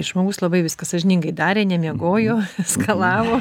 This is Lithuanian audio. žmogus labai viskas sąžiningai darė nemiegojo skalavo